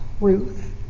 Ruth